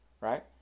right